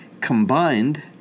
Combined